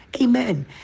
Amen